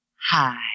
Hi